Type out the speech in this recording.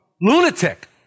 lunatic